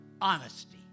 honesty